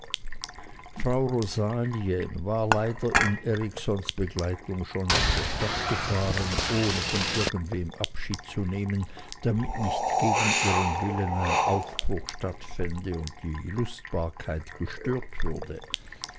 frau rosalie war leider in eriksons begleitung schon nach der stadt gefahren ohne von irgendwem abschied zu nehmen damit nicht gegen ihren willen ein aufbruch stattfände und die lustbarkeit gestört würde